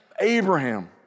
Abraham